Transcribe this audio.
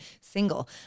single